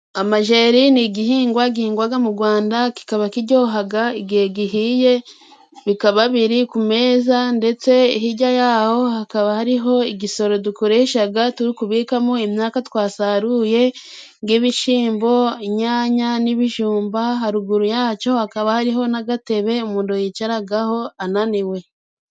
Amajeri ni igihingwa gihingwaga mu Gwanda kikaba kijyohaga igihe gihiye, bikaba biri ku meza ndetse hijya yaho hakaba hariho igisoro dukoreshaga turi kubikamo imyaka twasaruye ng'ibishimbo, inyanya n'ibijumba haruguru yaco hakaba ariho na gatebe umundu yicaragaho ananiwe.